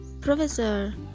professor